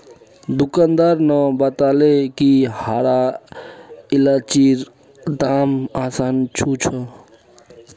दुकानदार न बताले कि हरा इलायचीर दाम आसमान छू छ